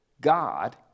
God